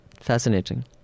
Fascinating